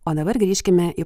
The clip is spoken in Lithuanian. o dabar grįžkime į